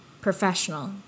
professional